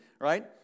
right